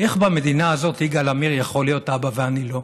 איך במדינה הזאת יגאל עמיר יכול להיות אבא ואני לא.